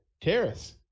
terrace